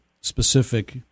specific